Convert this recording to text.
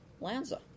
Lanza